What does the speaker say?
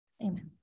Amen